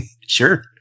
Sure